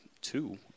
two